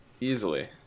easily